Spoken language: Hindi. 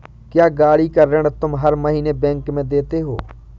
क्या, गाड़ी का ऋण तुम हर महीने बैंक में देते हो?